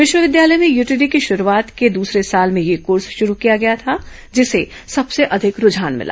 विश्वविद्यालय में यूटीडी की शुरूआत के दूसरे साल में यह कोर्स शुरू किया गया था जिसे सबसे अधिक रूझान मिला